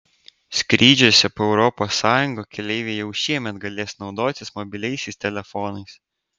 skrydžiuose po europos sąjungą keleiviai jau šiemet galės naudotis mobiliaisiais telefonais